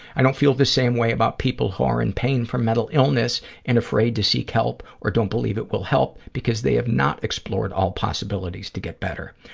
i don't feel the same way about people who are in pain from mental illness and afraid to seek help or don't believe it will help, because they have not explored all possibilities to get better.